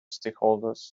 stakeholders